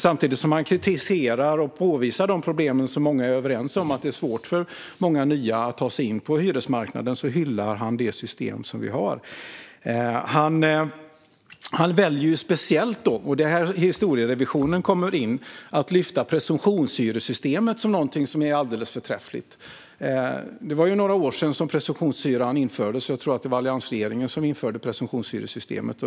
Samtidigt som han kritiserar och påvisar de problem som många är överens om, att det är svårt för många nya att ta sig in på hyresmarknaden, hyllar han det system vi har. Han väljer speciellt - och det är här historierevisionen kommer in - att lyfta presumtionshyressystemet som något som är alldeles förträffligt. Det var några år sedan som presumtionshyran infördes, och jag tror att det var alliansregeringen som införde systemet.